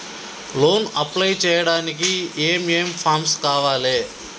Loan apply చేయడానికి ఏం ఏం ఫామ్స్ కావాలే?